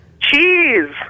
Cheese